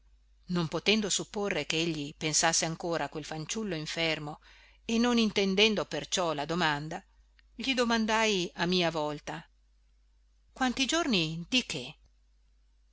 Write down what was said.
non potendo supporre che egli pensasse ancora a quel fanciullo infermo e non intendendo perciò la domanda gli domandai a mia volta quanti giorni di che